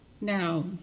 now